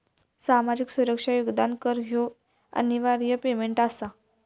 सामाजिक सुरक्षा योगदान कर ह्यो अनिवार्य पेमेंट आसा